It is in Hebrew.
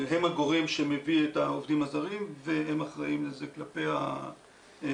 הם הגורם שמביא את העובדים הזרים והם אחראים לזה כלפי המטופלים,